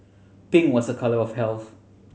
pink was a colour of health